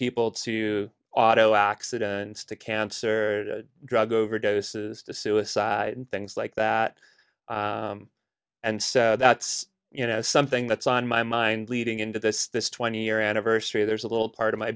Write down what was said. people to auto accidents to cancer drug overdoses to suicide and things like that and so that's you know something that's on my mind leading into this this twenty year anniversary there's a little part of my